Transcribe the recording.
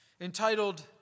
entitled